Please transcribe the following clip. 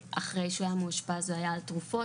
אחרי שהוא היה מאושפז הוא היה על תרופות,